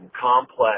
complex